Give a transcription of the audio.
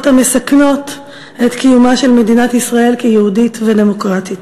המסכנות את קיומה של מדינת ישראל כיהודית ודמוקרטית.